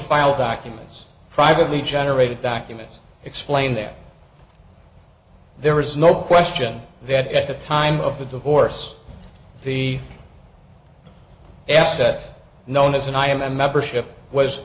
filed documents privately generated documents explained that there is no question that at the time of the divorce the asset known as an i am a membership was